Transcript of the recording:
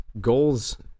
goals